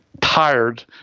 tired